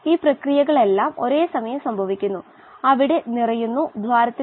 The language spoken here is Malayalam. ഈ വായുവിനെ കുറിച്ച് നമ്മൾ വിശദമായി സംസാരിച്ചു കുറച്ചു മു മ്പ്